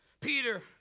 Peter